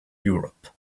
europe